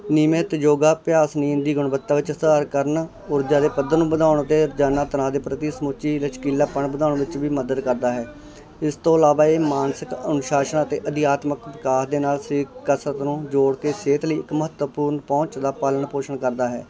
ਨਿਯਮਤ ਯੋਗਾ ਅਭਿਆਸ ਨੀਂਦ ਦੀ ਗੁਣਵੱਤਾ ਵਿੱਚ ਸੁਧਾਰ ਕਰਨ ਊਰਜਾ ਦੇ ਪੱਧਰ ਨੂੰ ਵਧਾਉਣ ਅਤੇ ਰੋਜ਼ਾਨਾ ਤਣਾਅ ਦੇ ਪ੍ਰਤੀ ਸਮੁੱਚੀ ਲਚਕੀਲਾਪਨ ਵਧਾਉਣ ਵਿੱਚ ਵੀ ਮਦਦ ਕਰਦਾ ਹੈ ਇਸ ਤੋਂ ਇਲਾਵਾ ਇਹ ਮਾਨਸਿਕ ਅਨੁਸ਼ਾਸਨ ਅਤੇ ਅਧਿਆਤਮਕ ਵਿਕਾਸ ਦੇ ਨਾਲ ਸਰੀਰਕ ਕਸਰਤ ਨੂੰ ਜੋੜ ਕੇ ਸਿਹਤ ਲਈ ਇੱਕ ਮਹੱਤਵਪੂਰਨ ਪਹੁੰਚ ਦਾ ਪਾਲਣ ਪੋਸ਼ਣ ਕਰਦਾ ਹੈ